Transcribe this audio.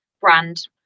brand